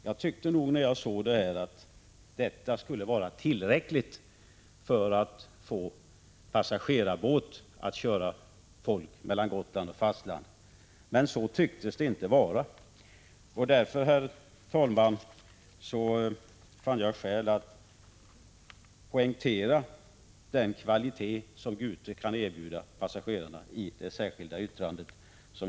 Jag tyckte att denna skrivning skulle vara tillräcklig för att få en passagerarbåt att köra folk mellan Gotland och fastlandet, men det verkar inte vara så. Därför, herr talman, fann jag skäl att i ett särskilt yttrande poängtera vilken kvalitet som Gute kan erbjuda passagerarna.